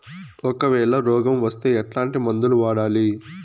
ఒకవేల రోగం వస్తే ఎట్లాంటి మందులు వాడాలి?